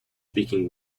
speaking